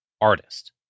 artist